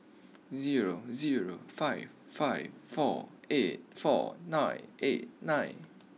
zero zero five five four eight four nine eight nine